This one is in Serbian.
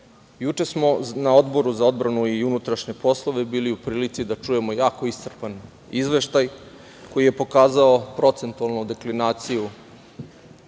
smo na Odboru za odbranu i unutrašnje poslove bili u prilici da čujemo jako iscrpan izveštaj koji je pokazao procentualnu deklinaciju